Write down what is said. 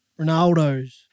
Ronaldo's